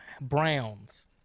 Browns